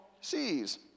seas